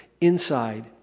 inside